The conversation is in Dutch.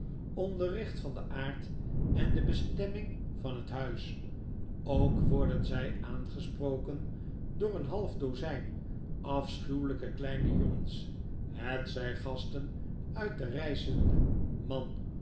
van den aard en de bestemming van het huis ook worden zjj aangesproken door een half dozijn afschuwelpe kleine jongens hetzij gasten uit de reizende man